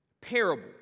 parable